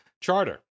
charter